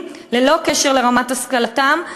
ללא קשר לרמת השכלתם,